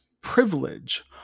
privilege